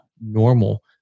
normal